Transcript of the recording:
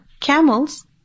camels